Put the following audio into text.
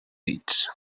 dits